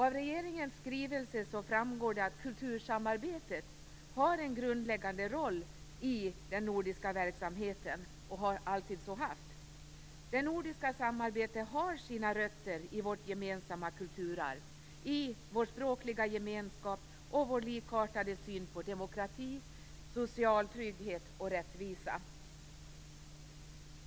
Av regeringens skrivelse framgår det att kultursamarbetet har en grundläggande roll i den nordiska verksamheten, och har alltid så haft. Det nordiska samarbetet har sina rötter i vårt gemensamma kulturarv, i vår språkliga gemenskap och i vår likartade syn på demokrati, social trygghet och rättvisa.